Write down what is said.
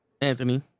Anthony